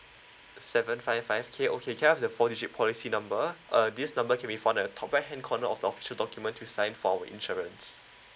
seven five five K okay can I have the four digit policy number uh this number can be found at the top right hand corner of the official document to sign for our insurance